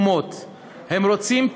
הם רוצים מהומות.